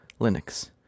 Linux